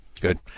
Good